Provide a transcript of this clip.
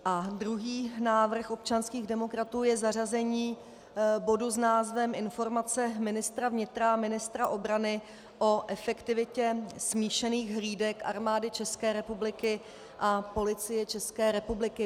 A druhý návrh občanských demokratů je zařazení bodu s názvem Informace ministra vnitra a ministra obrany o efektivitě smíšených hlídek Armády České republiky a Policie České republiky.